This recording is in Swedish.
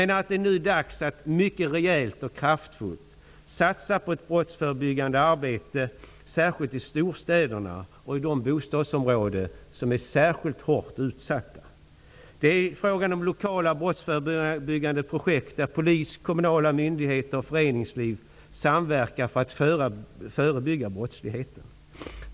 Nu är det dags att mycket rejält och kraftfullt satsa på ett brottsförebyggande arbete framför allt i storstäderna och i de bostadsområden som är särskilt hårt utsatta. Det är fråga om lokala brottsförebyggande projekt där polis, kommunala myndigheter och föreningsliv samverkar för att förebygga brottsligheten.